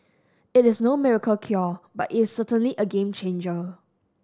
it is no miracle cure but its certainly a game changer